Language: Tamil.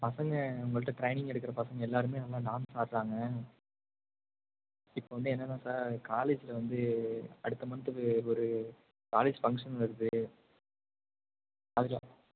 பசங்க உங்கள்கிட்ட ட்ரைனிங் எடுக்கிற பசங்க எல்லாருமே நல்லா டான்ஸ் ஆடுறாங்க இப்போது வந்து என்னென்னா சார் காலேஜில் வந்து அடுத்த மந்த்துக்கு ஒரு காலேஜ் ஃபங்க்ஷன் வருது அதில்